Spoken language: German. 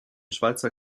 schweizer